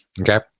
Okay